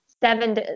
seven